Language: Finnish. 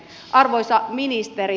arvoisa ministeri